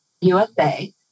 USA